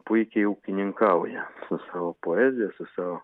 puikiai ūkininkauja su savo poezija su savo